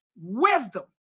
wisdom